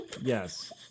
yes